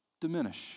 diminish